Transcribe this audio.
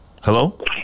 Hello